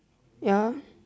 ya